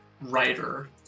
writer